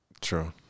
True